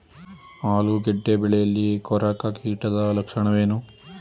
ಆಲೂಗೆಡ್ಡೆ ಬೆಳೆಯಲ್ಲಿ ಕೊರಕ ಕೀಟದ ಲಕ್ಷಣವೇನು?